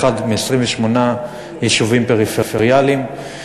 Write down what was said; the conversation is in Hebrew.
באחד מ-28 יישובים פריפריאליים.